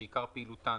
שעיקר פעילותן